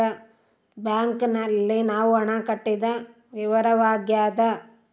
bank ನಲ್ಲಿ ನಾವು ಹಣ ಕಟ್ಟಿದ ವಿವರವಾಗ್ಯಾದ